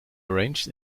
arranged